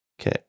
Okay